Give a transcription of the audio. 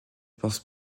pense